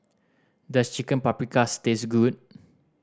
does Chicken Paprikas taste good